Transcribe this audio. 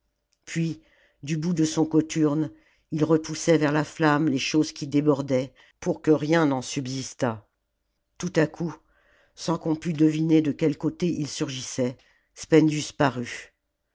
puis du bout de son cothurne il repoussait vers la flamme les choses qui débordaient pour que rien n'en subsistât tout à coup sans qu'on put deviner de quel côté il surgissait spendius